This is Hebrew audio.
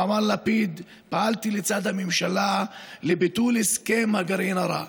אמר לפיד: פעלתי לצד הממשלה לביטול הסכם הגרעין הרע.